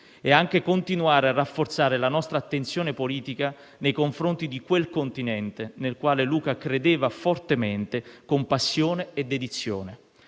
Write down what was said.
è anche continuare a rafforzare la nostra attenzione politica nei confronti di quel continente nel quale Luca credeva fortemente con passione e dedizione.